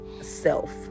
self